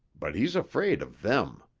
but he's afraid of them.